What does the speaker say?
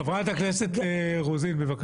חברת הכנסת רוזין.